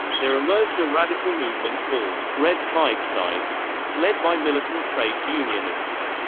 there emerged a radical movement called red clydeside led by militant trades unionists.